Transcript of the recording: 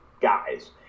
guys